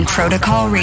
Protocol